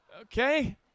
Okay